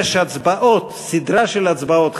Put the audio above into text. יש סדרה של הצבעות,